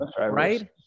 right